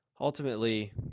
ultimately